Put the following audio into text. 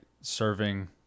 serving